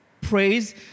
Praise